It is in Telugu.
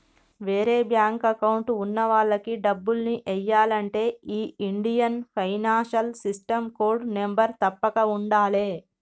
వేరే బ్యేంకు అకౌంట్ ఉన్న వాళ్లకి డబ్బుల్ని ఎయ్యాలంటే ఈ Indian financial system code number తప్పక ఉండాలే